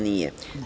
Nije.